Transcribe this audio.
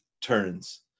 turns